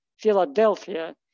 Philadelphia